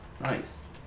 Nice